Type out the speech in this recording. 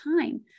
time